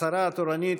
השרה התורנית,